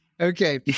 Okay